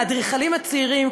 האדריכלים הצעירים,